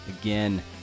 Again